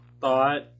thought